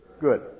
good